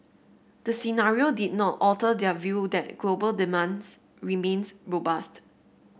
the scenario did not alter their view that global demands remains robust